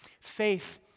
faith